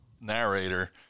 narrator